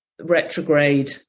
retrograde